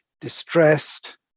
distressed